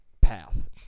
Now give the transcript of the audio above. path